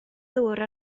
ddŵr